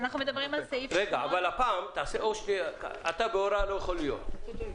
תפנה אותי לסעיף הנכון.